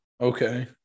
okay